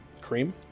Cream